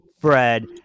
Fred